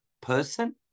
person